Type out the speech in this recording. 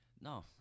No